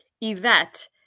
Yvette